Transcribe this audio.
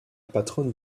patronne